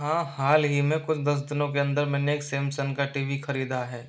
हाँ हाल ही में कुछ दस दिनों के अंदर मैंने एक सैमसंग का टी वी खरीदा है